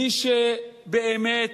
מי שבאמת